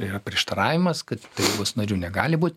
yra prieštaravimas kad tarybos nariu negali būt